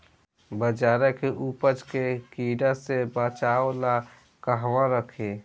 बाजरा के उपज के कीड़ा से बचाव ला कहवा रखीं?